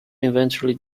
eventually